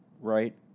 Right